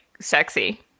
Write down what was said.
sexy